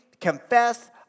confess